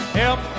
help